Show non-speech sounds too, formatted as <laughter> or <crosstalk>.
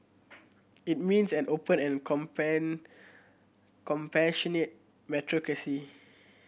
it means an open and <unintelligible> compassionate meritocracy